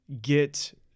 get